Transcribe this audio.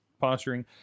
posturing